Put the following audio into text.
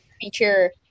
feature